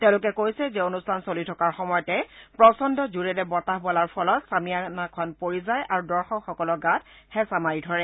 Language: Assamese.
তেওঁলোকে কৈছে যে অনুষ্ঠান চলি থকাৰ সময়তে প্ৰচণ্ড জোৰেৰে বতাহ বলাৰ ফলত চামিয়ানাখন পৰি যায় আৰু দৰ্শকসকলৰ গাত হেঁচা মাৰি ধৰে